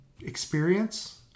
experience